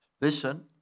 listen